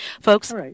Folks